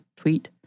tweet